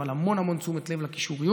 אבל המון המון תשומת לקישוריות